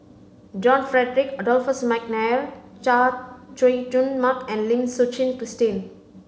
John Frederick Adolphus McNair Chay Jung Jun Mark and Lim Suchen Christine